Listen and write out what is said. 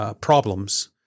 problems